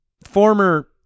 former